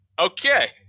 Okay